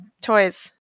toys